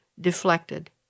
deflected